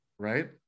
Right